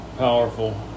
Powerful